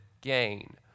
gain